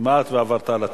כמעט ועברת על התקנון.